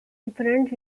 different